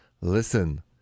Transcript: listen